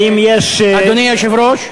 האם יש, אדוני היושב-ראש.